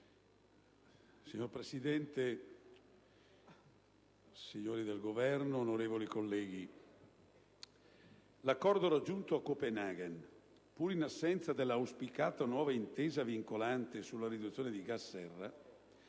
Signor Presidente, signori del Governo, onorevoli colleghi, l'accordo raggiunto a Copenaghen, pur in assenza dell'auspicata nuova intesa vincolante sulla riduzione di gas serra,